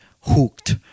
hooked